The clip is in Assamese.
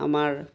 আমাৰ